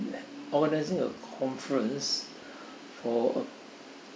organising a conference for a